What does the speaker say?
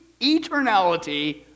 eternality